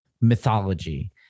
mythology